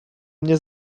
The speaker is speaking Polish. mnie